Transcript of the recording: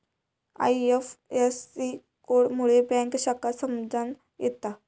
IFSC code मुळे bank शाखा समजान येता